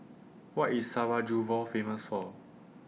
What IS Sarajevo Famous For